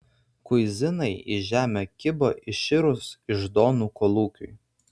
kuizinai į žemę kibo iširus iždonų kolūkiui